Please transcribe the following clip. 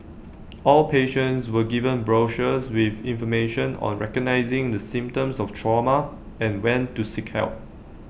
all patients were given brochures with information on recognising the symptoms of trauma and when to seek help